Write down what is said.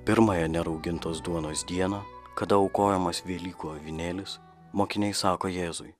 pirmąją neraugintos duonos dieną kada aukojamas velykų avinėlis mokiniai sako jėzui